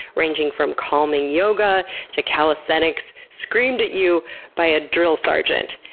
ranging from calming yoga to calisthenics screamed at you by a drill sergeant.